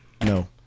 No